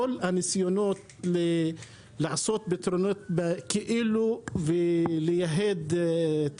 כל הניסיונות לעשות פתרונות כאילו ולייהד את